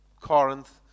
Corinth